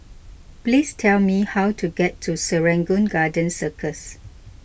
please tell me how to get to Serangoon Garden Circus